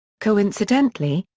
coincidentally,